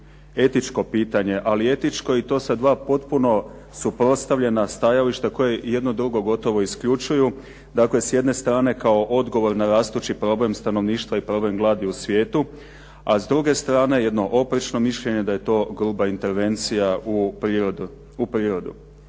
etičko pitanje? Ali etičko i to sa dva potpuno suprotstavljena stajališta koje jedno drugo gotovo isključuju. Dakle, s jedne strane kao odgovor na rastući problem stanovništva i problem gladi u svijetu, a s druge strane jedno oprečno mišljenje da je to gruba intervencija u prirodu.